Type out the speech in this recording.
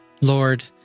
Lord